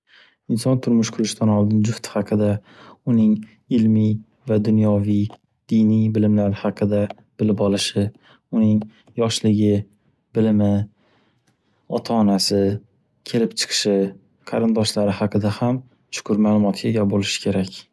Inson turmush qurishdan oldin jufti haqida, uning ilmiy va dunyoviy, diniy bilimlari haqida bilib olishi, uning yoshligi, bilimi, ota-onasi, kelib-chiqishi, qarindoshlari haqida ham chuqur ma'lumotga ega bo'lishi kerak.